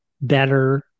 better